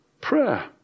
prayer